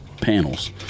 Panels